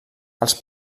els